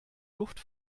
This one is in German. luft